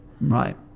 Right